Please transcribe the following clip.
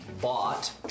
bought